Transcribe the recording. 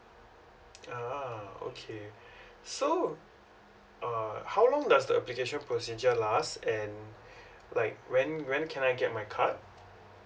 a'ah okay so uh how long does the application procedure last and like when when can I get my card